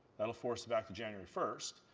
that forces back to january first,